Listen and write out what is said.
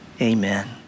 Amen